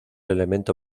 elemento